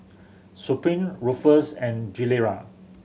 Supreme Ruffles and Gilera